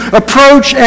approach